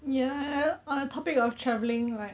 ya on the topic of travelling like